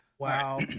Wow